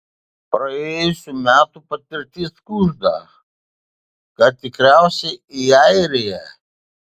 praėjusių metų patirtis kužda kad tikriausiai į airiją